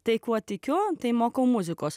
tai kuo tikiu tai mokau muzikos